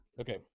Okay